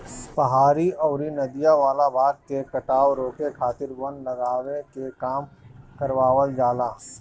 पहाड़ी अउरी नदियों वाला भाग में कटाव रोके खातिर वन लगावे के काम करवावल जाला